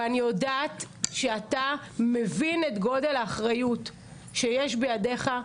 אני יודעת שאתה מבין את גודל האחריות שיש בידיך.